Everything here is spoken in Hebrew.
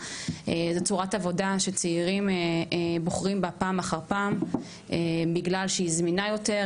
זו צורת עבודה שצעירים בוחרים בה פעם אחר פעם בגלל שהיא זמינה יותר,